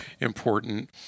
important